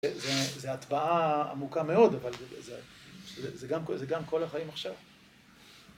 זה... זה ה... הטבעה עמוקה מאוד, אבל זה... זה... זה גם כל החיים עכשיו.